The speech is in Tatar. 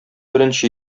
беренче